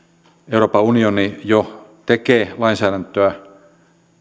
euroopan unioni jo tekee lainsäädäntöä